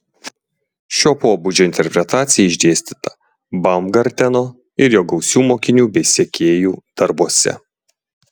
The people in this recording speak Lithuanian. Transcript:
šio pobūdžio interpretacija išdėstyta baumgarteno ir jo gausių mokinių bei sekėjų darbuose